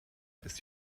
ist